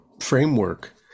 framework